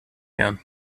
gerne